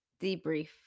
debrief